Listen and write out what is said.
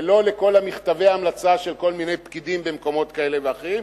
ולא לכל מכתבי ההמלצה של כל מיני פקידים במקומות כאלה ואחרים,